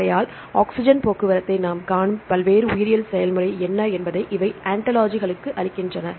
ஆகையால் ஆக்ஸிஜன் போக்குவரத்தை நாம் காணும் பல்வேறு உயிரியல் செயல்முறை என்ன என்பதை இவை ஆன்டாலஜிக்களுக்கு அளிக்கின்றன